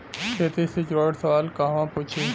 खेती से जुड़ल सवाल कहवा पूछी?